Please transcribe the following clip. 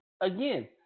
again